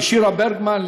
לשירה ברגמן,